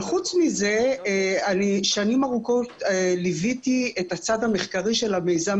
אבל חוץ מזה אני שנים ארוכות ליוויתי את הצד המחקרי של המיזם